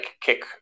kick